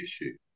issue